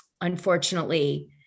unfortunately